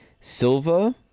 Silva